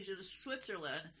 switzerland